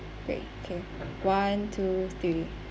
great okay one two three